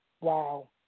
Wow